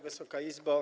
Wysoka Izbo!